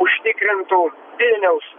užtikrintų vilniaus